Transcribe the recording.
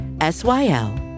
S-Y-L